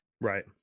right